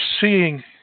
seeing